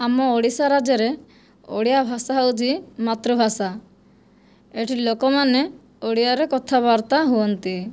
ଆମ ଓଡ଼ିଶା ରାଜ୍ୟରେ ଓଡ଼ିଆ ଭାଷା ହେଉଛି ମାତୃଭାଷା ଏଠି ଲୋକମାନେ ଓଡ଼ିଆରେ କଥାବାର୍ତ୍ତା ହୁଅନ୍ତି